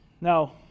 now